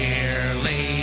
Nearly